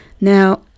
Now